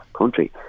country